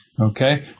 okay